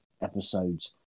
episodes